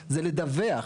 היא לדווח.